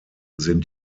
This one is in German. sind